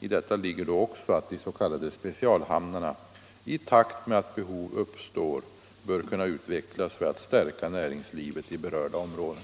I detta ligger då också att de s.k. 169 specialhamnarna i takt med att behov uppstår bör kunna utvecklas för att stärka näringslivet i berörda områden.